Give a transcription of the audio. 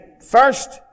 first